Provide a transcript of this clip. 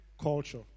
culture